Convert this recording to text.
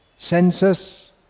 Census